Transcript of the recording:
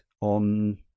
on